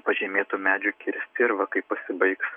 pažymėtų medžių kirsti ir va kai pasibaigs